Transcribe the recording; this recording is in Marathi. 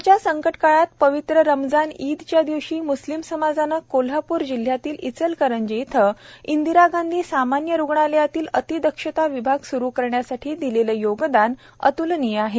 कोरोनाच्या संकटकाळात पवित्र रमजान ईदच्या दिवशी मुस्लिम समाजाने कोल्हापुर जिल्ह्यातील इचलकरंजी इथं इंदिरा गांधी सामान्य रुग्णालयातील अतिदक्षता विभाग सुरु करण्यासाठी दिलेले योगदान अत्लनीय आहे